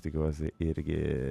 tikiuosi irgi